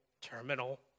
terminal